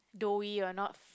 doughy or not